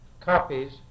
copies